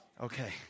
Okay